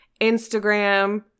Instagram